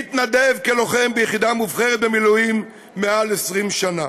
מתנדב כלוחם ביחידה מובחרת במילואים מעל 20 שנה."